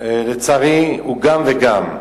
שלצערי הוא גם וגם.